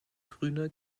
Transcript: grüner